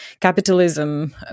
capitalism